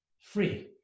free